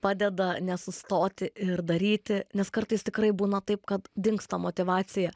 padeda nesustoti ir daryti nes kartais tikrai būna taip kad dingsta motyvacija